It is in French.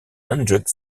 hendrik